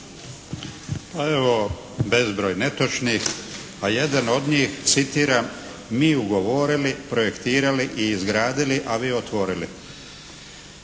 evo bezbroj netočnih, a jedan od njih, citiram: "Mi ugovorili, projektirali i izgradili, ali i otvorili."